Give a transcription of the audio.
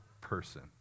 person